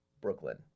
Brooklyn